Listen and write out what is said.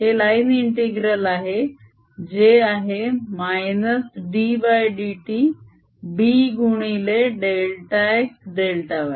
हे line integral आहे जे आहे - ddtB गुणिले डेल्टा x डेल्टा y